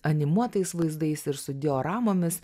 animuotais vaizdais ir su dioramomis